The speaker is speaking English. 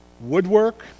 woodwork